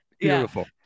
Beautiful